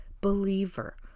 believer